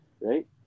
right